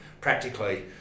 practically